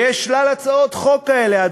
ויש שלל הצעות חוק כאלה,